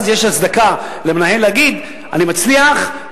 אז יש הצדקה למנהל להגיד: אני מצליח,